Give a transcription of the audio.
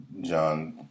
John